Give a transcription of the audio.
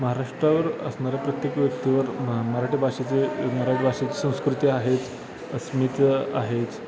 महाराष्ट्रावर असणाऱ्या प्रत्येक व्यक्तीवर म मराठी भाषेचे मराठी भाषेची संस्कृती आहेच अस्मिता आहेच